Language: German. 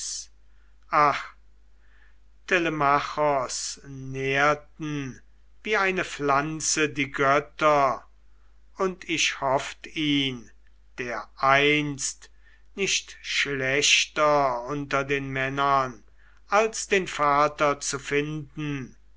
nährten wie eine pflanze die götter und ich hofft ihn dereinst nicht schlechter unter den männern als den vater zu finden